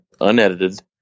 unedited